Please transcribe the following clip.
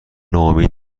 ناامید